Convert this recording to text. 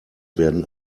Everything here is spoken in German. werden